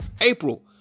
April